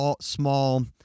small